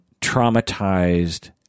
traumatized